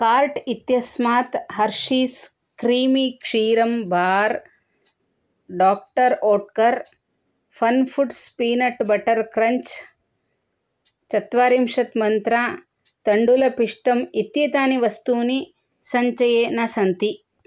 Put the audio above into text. cart इत्यस्मात् Hershey's creamy क्षीरं bar doctor Oetker funfoods peanut butter crunch चत्वारिंशत् मन्त्रा तण्डुलपिष्टम् इत्येतानि वस्तूनि सञ्चये न सन्ति